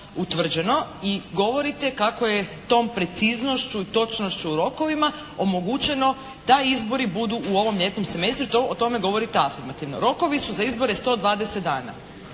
utvrđeno i govorite kako je tom preciznošću i točnošću u rokovima omogućeno da izbori budu u ovom ljetnom semestru i o tome govorite afirmativno. Rokovi su za izbore 120 dana.